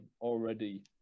already